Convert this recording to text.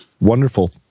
wonderful